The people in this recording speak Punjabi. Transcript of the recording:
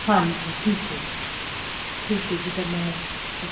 ਹਾਂਜੀ ਠੀਕ ਹੈ ਜੀ ਠੀਕ ਹੈ ਜੀ ਧੰਨਵਾਦ ਓਕੇ